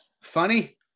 Funny